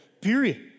period